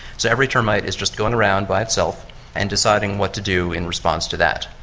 so every termite is just going around by itself and deciding what to do in response to that.